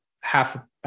half